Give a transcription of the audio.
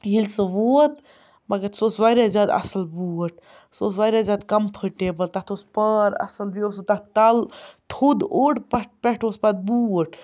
ییٚلہِ سُہ ووت مگر سُہ اوس واریاہ زیادٕ اَصٕل بوٗٹ سُہ اوس واریاہ زیادٕ کَمفٔٹیبٕل تَتھ اوس پار اَصٕل بیٚیہِ اوس سُہٕ تَتھ تَل تھوٚد اوٚڑ پٮ۪ٹھٕ اوس پَتہٕ بوٗٹ